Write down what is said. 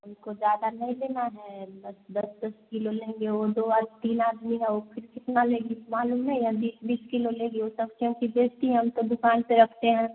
उनको ज़्यादा नहीं देना है बस दस दस किलो लेंगे वे दो बार तीन आदमी हैं वे फिर कितना लेंगे मालूम नहीं है बीस बीस किलो लेंगे वे सब क्योंकि रेट ही हम तो दुकान पर रखते हैं